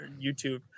YouTube